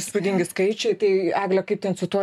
įspūdingi skaičiai tai egle kaip ten su tuo